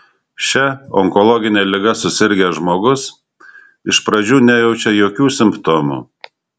šia onkologine liga susirgęs žmogus iš pradžių nejaučia jokių simptomų